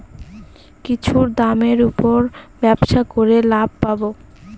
কিছুর দামের উপর ব্যবসা করে লাভ পাবো